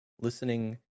listening